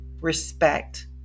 respect